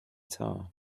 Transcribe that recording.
tar